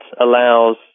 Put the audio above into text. allows